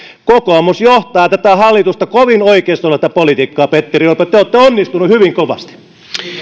kokoomus johtaa tätä hallitusta kovin oikeistolaista politiikkaa petteri orpo te olette onnistunut hyvin kovasti